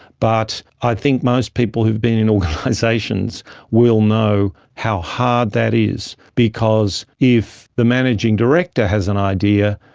but i think most people who've been in organisations will know how hard that is because if the managing director has an idea,